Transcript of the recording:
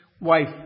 wife